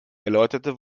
erläuterte